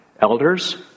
Elders